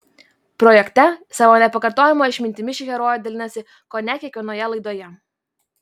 projekte savo nepakartojama išmintimi ši herojė dalinasi kone kiekvienoje laidoje